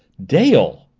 dale!